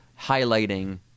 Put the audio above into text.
highlighting